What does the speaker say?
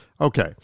Okay